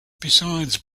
besides